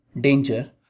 danger